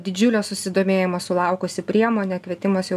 didžiulio susidomėjimo sulaukusi priemonė kvietimas